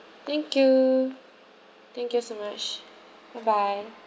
thank you thank you so much bye bye